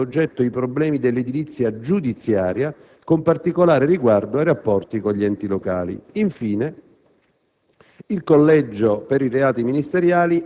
a Gian Mario Airoldi un incarico avente ad oggetto i problemi dell'edilizia giudiziaria, con particolare riguardo ai rapporti con gli enti locali. Infine,